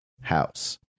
House